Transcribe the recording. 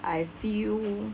I feel